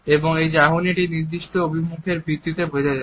এবং এটি চাহনির এই নির্দিষ্ট অভিমুখের ভিত্তিতে বোঝা যায়